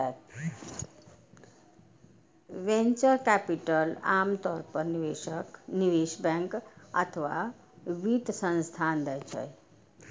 venture capital आम तौर पर निवेशक, निवेश बैंक अथवा वित्त संस्थान दै छै